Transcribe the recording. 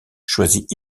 choisit